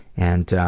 and